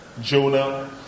Jonah